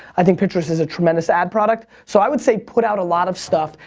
i think pinterest is a tremendous ad product. so, i would say put out a lot of stuff,